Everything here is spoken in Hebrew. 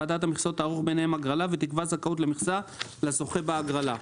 ועדת המכסות תערוך ביניהם הגרלה ותקבע זכאות למכסה לזוכה בהגרלה,